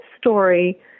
story